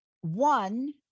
One